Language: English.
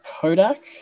Kodak